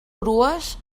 grues